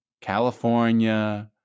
California